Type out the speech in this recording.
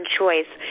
choice